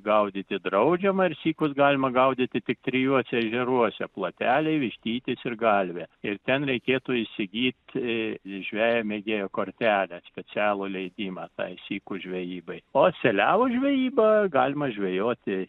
gaudyti draudžiama ir sykus galima gaudyti tik trijuose ežeruose plateliai vištytis ir galvė ir ten reikėtų įsigyt žvejo mėgėjo kortelę specialų leidimą tai sykų žvejybai o seliavų žvejyba galima žvejoti